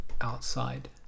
outside